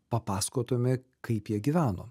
papasakotume kaip jie gyveno